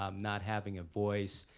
um not having a voice.